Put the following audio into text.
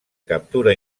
captura